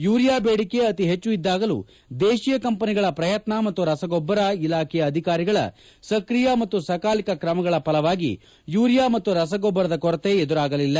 urea ಬೇಡಿಕೆ ಅತಿ ಹೆಚ್ಚು ಇದ್ದಾಗಲೂ ದೇಶೀಯ ಕಂಪನಿಗಳ ಪ್ರಯತ್ನ ಮತ್ತು ರಸಗೊಬ್ಬರ ಇಲಾಖೆಯ ಅಧಿಕಾರಿಗಳ ಸ್ಕ್ರಿಯ ಮತ್ತು ಸಕಾಲಿಕ ಕ್ರಮಗಳ ಫಲವಾಗಿ ಯೂರಿಯಾ ಮತ್ತು ರಸಗೊಬ್ಲರದ ಕೊರತೆ ಎದುರಾಗಲಿಲ್ಲ